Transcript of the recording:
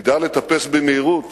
ידע לטפס במהירות